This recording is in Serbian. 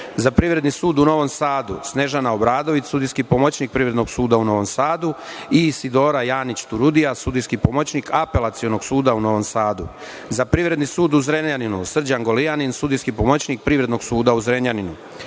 Za Privredni sud u Novom Sadu – Snežana Obradović, sudijski pomoćnik Privrednog suda u Novom Sadu i Isidora Janić Turudija, sudijski pomoćnik Apelacionog suda u Novom Sadu.Za Privredni sud u Zrenjaninu – Srđan Golijanin, sudijski pomoćnik Privrednog suda u Zrenjaninu.